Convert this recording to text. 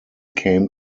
came